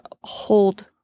hold